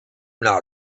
not